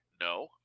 No